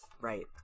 right